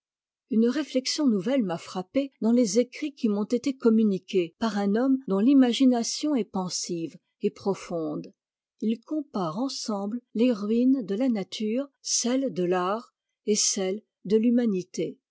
une réflexion nouvelle m'a frappée dans les écrits qui m'ont été communiqués par un homme dont t'imagination est pensive et profonde il compare ensemble les ruines de la nature celles de l'art et celles de l'humanité